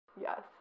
yes